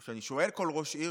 או שאני שואל כל ראש עיר,